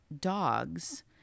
dogs